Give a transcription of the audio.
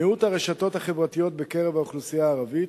מיעוט הרשתות החברתיות בקרב האוכלוסייה הערבית,